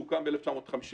שהוקם ב-1955,